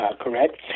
correct